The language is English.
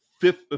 Fifth